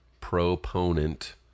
proponent